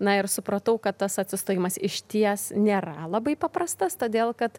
na ir supratau kad tas atsistojimas išties nėra labai paprastas todėl kad